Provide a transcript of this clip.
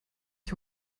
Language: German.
ich